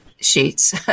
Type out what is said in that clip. sheets